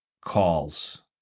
calls